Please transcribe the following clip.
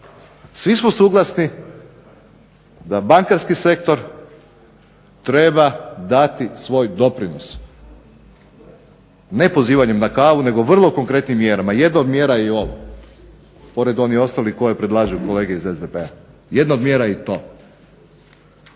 Svi smo suglasni da bankarski sektor treba dati svoj doprinos ne pozivanjem na kavu nego vrlo konkretnim mjerama. Jedna od mjera je i ovo, pored onih ostalih koje predlažu kolega iz SDP-a. Jedna od mjera je i to.